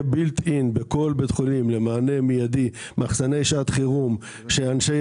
בכל מה שנוגע למחסני שעת החירום כדי שאנשי